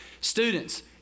Students